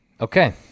Okay